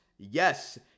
Yes